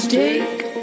take